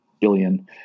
billion